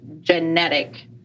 genetic